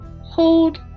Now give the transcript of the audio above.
hold